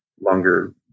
longer